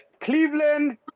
Cleveland